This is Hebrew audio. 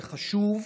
זה חשוב,